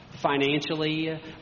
Financially